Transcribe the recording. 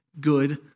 good